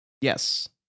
Yes